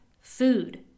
food